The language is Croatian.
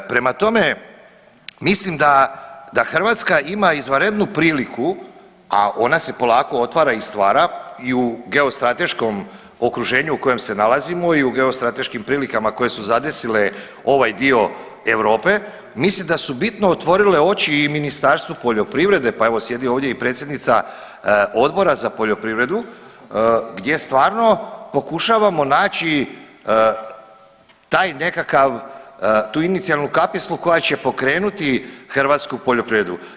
Prema tome, mislim da Hrvatska ima izvanrednu priliku, a ona se polako otvara i stvara i u geostrateškom okruženju u kojem se nalazimo i u geostrateškim prilikama koje su zadesile ovaj dio Europe mislim da su bitno otvorile oči i Ministarstvu poljoprivrede, pa evo sjedi ovdje i predsjednica Odbora za poljoprivredu gdje stvarno pokušavamo naći taj nekakav, tu inicijalnu kapljicu koja će pokrenuti hrvatsku poljoprivredu.